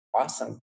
awesome